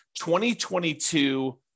2022